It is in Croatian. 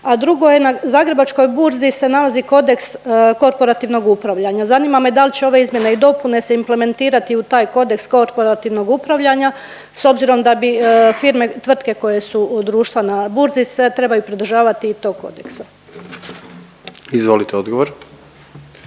A drugo je, na Zagrebačkoj burzi se nalazi kodeks korporativnog upravljanja. Zanima me da li će ove izmjene i dopune se implementirati u taj kodeks korporativnog upravljanja s obzirom da bi firme, tvrtke koje su, društva na burzi se trebaju pridržavati i tog kodeksa? **Jandroković,